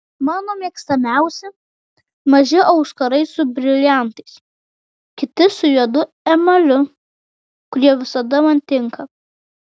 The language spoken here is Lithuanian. mano mėgstamiausi maži auskarai su briliantais kiti su juodu emaliu kurie visada man tinka